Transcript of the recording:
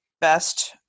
best